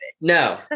no